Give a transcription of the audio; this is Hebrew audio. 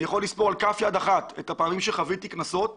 אני יכול לספור על כף יד אחת את הפעמים שחוויתי קנסות